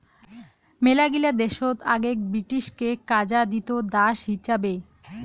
মেলাগিলা দেশত আগেক ব্রিটিশকে কাজা দিত দাস হিচাবে